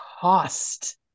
cost